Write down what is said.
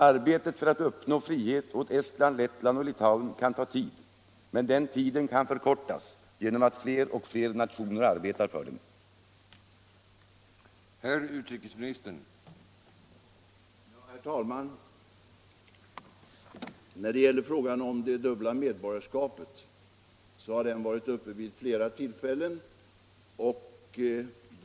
Arbetet för att uppnå frihet åt Estland, Lettland och Litauen kan ta tid, men den tiden kan förkortas genom att fler och fler nationer arbetar för dessa länder.